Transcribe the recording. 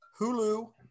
Hulu